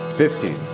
Fifteen